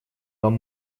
вам